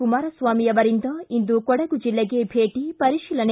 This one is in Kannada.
ಕುಮಾರಸ್ವಾಮಿ ಅವರಿಂದ ಇಂದು ಕೊಡಗು ಜಿಲ್ಲೆಗೆ ಭೇಟ ಪರಿಶೀಲನೆ